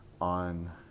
on